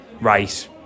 right